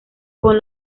con